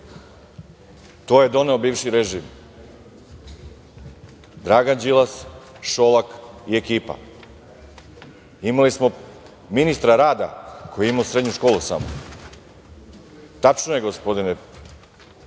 To je doneo bivši režim – Dragan Đilas, Šolak i ekipa. Imali smo ministra rada koji je imao srednju školu samo. Tačno je, gospodine,